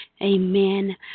Amen